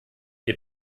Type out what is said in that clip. wir